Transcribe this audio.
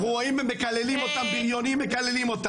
אנחנו רואים שמקללים אותם.